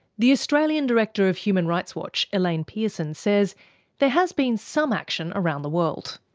the australian director of human rights watch, elaine pearson, says there has been some action around the world.